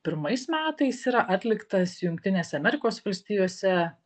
pirmais metais yra atliktas jungtinėse amerikos valstijose